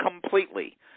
completely